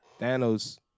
Thanos